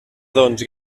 doncs